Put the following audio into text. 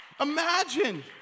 Imagine